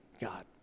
God